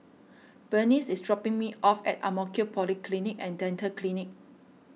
Bernice is dropping me off at Ang Mo Kio Polyclinic and Dental Clinic